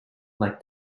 like